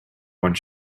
one